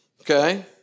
Okay